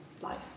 life